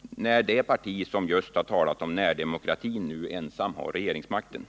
när det parti som har talat om just närdemokrati nu ensamt har regeringsmakten.